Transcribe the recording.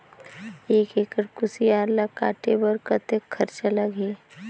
एक एकड़ कुसियार ल काटे बर कतेक खरचा लगही?